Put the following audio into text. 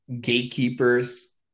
gatekeepers